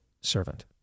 servant